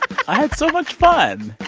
i had so much fun.